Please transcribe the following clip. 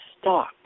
stop